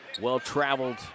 well-traveled